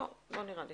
לא נראה לי.